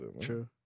True